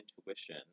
intuition